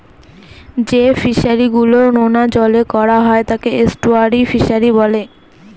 যে ফিশারি গুলো নোনা জলে করা হয় তাকে এস্টুয়ারই ফিশারি বলে